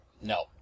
No